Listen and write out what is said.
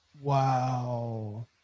Wow